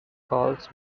calls